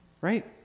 Right